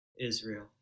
Israel